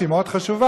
שהיא מאוד חשובה,